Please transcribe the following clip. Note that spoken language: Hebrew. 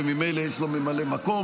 וממילא יש לו ממלא מקום,